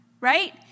right